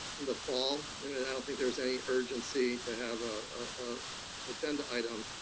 in the fall, and and i don't think there's any urgency to have a agenda item,